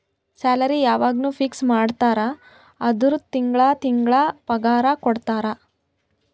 salary ಯವಾಗ್ನೂ fix ಕೊಡ್ತಾರ ಅಂದುರ್ ತಿಂಗಳಾ ತಿಂಗಳಾ ಪಗಾರ ಕೊಡ್ತಾರ